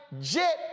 jet